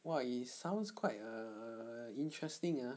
!wow! it sounds quite err err interesting ah